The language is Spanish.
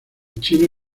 chino